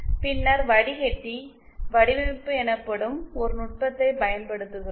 பின்னர் வடிகட்டி வடிவமைப்பு எனப்படும் ஒரு நுட்பத்தைப் பயன்படுத்துகிறோம்